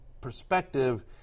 perspective